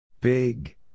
Big